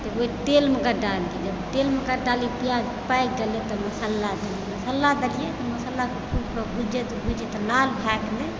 तऽ तेलमेके डाललियै तेलमे ओकरा डालि प्याज पाकि गेलै तऽ मसल्ला देलियै मसल्ला देलियै तऽ मसल्ला खूबके भुजाइत भुजाइत लाल भए गेलै